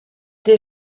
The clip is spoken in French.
des